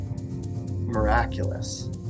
miraculous